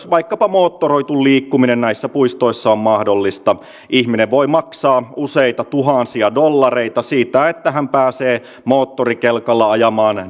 vaikkapa moottoroitu liikkuminen näissä puistoissa on mahdollista ihminen voi maksaa useita tuhansia dollareita siitä että hän pääsee moottorikelkalla ajamaan